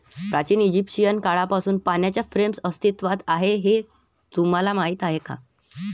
प्राचीन इजिप्शियन काळापासून पाण्याच्या फ्रेम्स अस्तित्वात आहेत हे तुम्हाला माहीत आहे का?